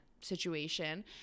situation